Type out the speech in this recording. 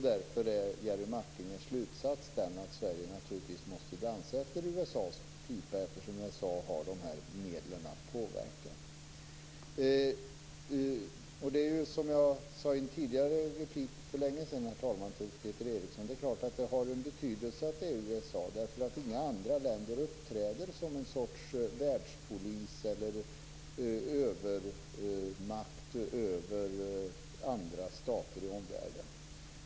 Därför är Jerry Martingers slutsats den att Sverige naturligtvis måste dansa efter USA:s pipa, eftersom USA har de här medlen att påverka. Herr talman! Som jag sade i en tidigare replik för länge sedan till Peter Eriksson är det klart att det har en betydelse att det gäller USA. Inga andra länder uppträder nämligen som någon sorts världspolis eller övermakt över andra stater i omvärlden.